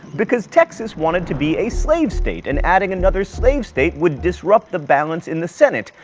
because texas wanted to be a slave state, and adding another slave state would disrupt the balance in the senate,